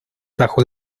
bajo